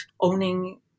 owning